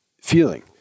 feeling